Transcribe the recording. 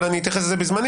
אבל אני אתייחס לזה בזמני.